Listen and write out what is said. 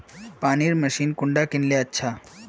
पानी मशीन कुंडा किनले अच्छा?